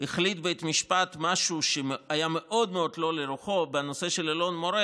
החליט בית המשפט משהו שהיה מאוד מאוד לא לרוחו בנושא של אלון מורה,